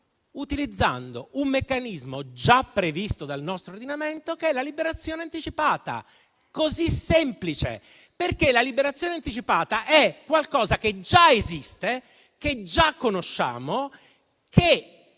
Utilizzando un meccanismo già previsto dal nostro ordinamento: la liberazione anticipata. È così semplice. Perché la liberazione anticipata è qualcosa che già esiste, che già conosciamo e che